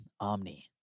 Omni